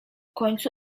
końcu